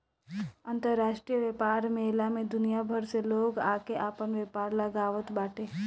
अंतरराष्ट्रीय व्यापार मेला में दुनिया भर से लोग आके आपन व्यापार लगावत बाटे